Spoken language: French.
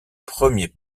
premiers